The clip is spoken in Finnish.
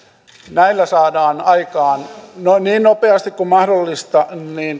näillä saadaan aikaan niin nopeasti kuin mahdollista